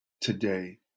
today